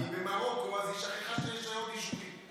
כי היא במרוקו, אז היא שכחה שיש עוד יישובים.